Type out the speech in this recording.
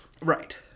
Right